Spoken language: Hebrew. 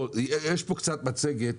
יש פה מצגת,